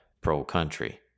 pro-country